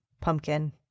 pumpkin